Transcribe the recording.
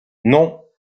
non